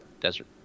desert